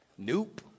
Nope